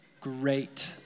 great